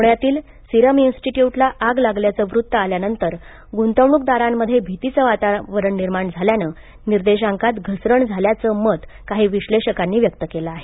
पुण्यातील सीरम इन्स्टिट्यूटला आग लागल्याचे वृत्त आल्यानंतर गुंतवणूकदारांमध्ये भीतीचे वातावरण निर्माण झाल्याने निर्देशांकात घसरण झाल्याचे मत काही विश्लेषकांनी व्यक्त केले आहे